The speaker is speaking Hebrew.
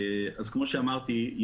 כמו שאמרתי,